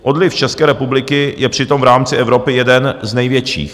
Odliv z České republiky je přitom v rámci Evropy jeden z největších.